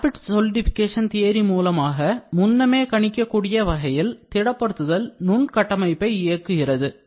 Rapid solidification theory மூலமாக முன்னமே கணிக்கக்கூடிய வகையில் திடப்படுத்துதல் நுண் கட்டமைப்பை இயக்குகிறது